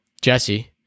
Jesse